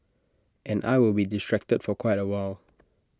and I will be distracted for quite A while